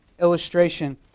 illustration